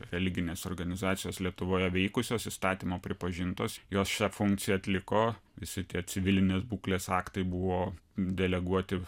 religinės organizacijos lietuvoje veikusios įstatymo pripažintos jos šią funkciją atliko visi tie civilinės būklės aktai buvo deleguoti